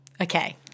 Okay